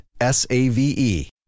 S-A-V-E